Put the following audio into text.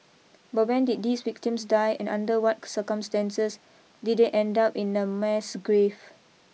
but when did these victims die and under what circumstances did they end up in a mass grave